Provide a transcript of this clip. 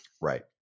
Right